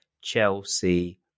Chelsea